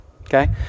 okay